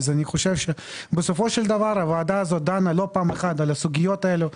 אז אני חושב שבסופו של דבר הוועדה זאת דנה לא פעם אחת על הסוגיות האלה.